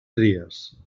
tries